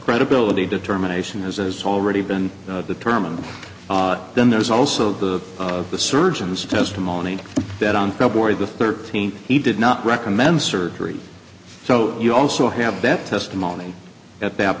credibility determination has as already been determined then there is also the the surgeon's testimony that on february the thirteenth he did not recommend surgery so you also have that testimony at that